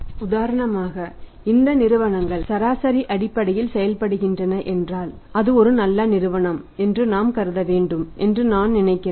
உதாரணமாக இந்த நிறுவனங்கள் சராசரி அடிப்படையில் செயல்படுகின்றன என்றால் அது ஒரு நல்ல நிறுவனம் என்று நாம் கருத வேண்டும் என்று நான் நினைக்கிறேன்